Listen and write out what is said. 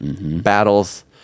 battles